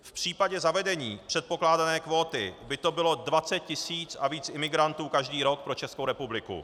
V případě zavedení předpokládané kvóty by to bylo 20 tisíc a víc imigrantů každý rok pro Českou republiku.